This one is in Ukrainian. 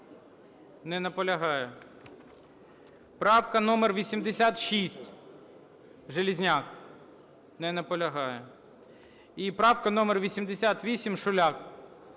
Не наполягає. Правка номер 86, Железняк. Не наполягає. І правка номер 88, Шуляк.